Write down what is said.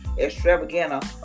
extravagant